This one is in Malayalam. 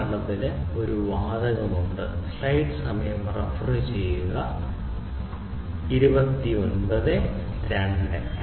ഉദാഹരണത്തിന് ഒരു വാതകം ഉണ്ട്